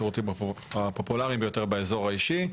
שזה אחד השירותים הפופולריים ביותר באזור האישי,